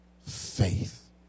faith